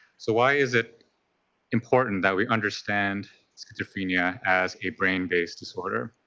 so why is it important that we understand schizophrenia as a brain-based disorder?